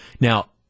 Now